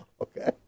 Okay